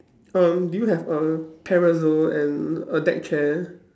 um do you have a parasol and a deck chair